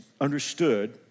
understood